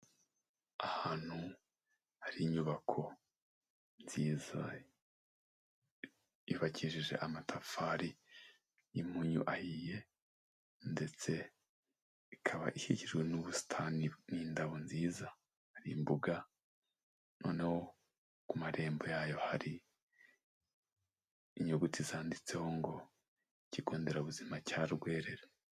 Ahantu hari inyubako nziza yubakishije amatafari y'impunyu ahiye ndetse ikaba ikikijwe n'ubusitani n'indabo nziza, hari imbuga. Noneho ku marembo yayo hari inyuguti zanditseho ngo ikigo nderabuzima cya Rwerere.